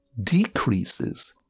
decreases